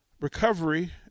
recovery